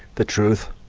the truth,